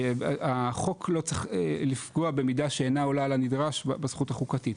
החוק לא צריך לפגוע במידה שאינה עולה על הנדרש בזכות החוקתית,